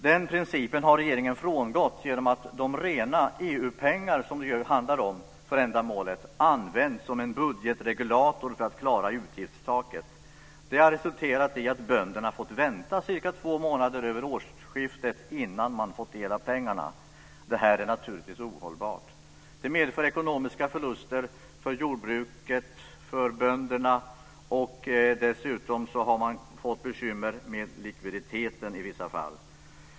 Den principen har regeringen frångått genom att de rena EU-pengar som det handlar om för ändamålet används som en budgetregulator för att klara utgiftstaket. Detta har resulterat i att bönderna har fått vänta i cirka två månader över årsskiftet innan de har fått del av pengarna. Detta är naturligtvis ohållbart. Det medför ekonomiska förluster för jordbruket och för bönderna. Dessutom har man fått bekymmer med likviditeten i vissa fall.